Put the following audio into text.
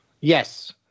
Yes